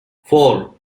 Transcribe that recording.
four